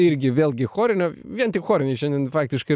irgi vėlgi chorinio vien tik choriniai šiandien faktiškai ir